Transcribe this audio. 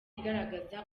igaragaza